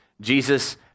Jesus